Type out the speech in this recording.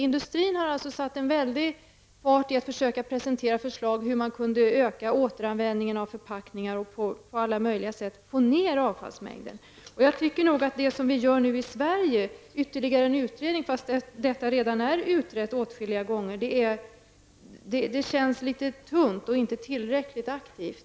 Industrin har satt fart för att kunna presentera förslag om hur återanvändningen av förpackningar kan ökas och på så sätt minska mängden avfall. Att göra som i Sverige -- tillsätta ytterligare en utredning, trots att frågan redan har utretts åtskilliga gånger -- känns litet tungt, och det är inte tillräckligt aktivt.